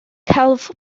celf